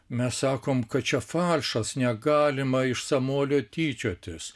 mes sakom kad čia falšas negalima iš samuolio tyčiotis